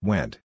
Went